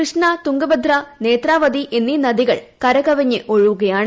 കൃഷ്ണ തുംഗഭദ്ര നേത്രാവതി എന്നീ നദികൾ കരകവിഞ്ഞ് ഒഴുകുകയാണ്